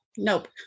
Nope